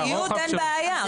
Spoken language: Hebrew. עם ציוד אין בעיה.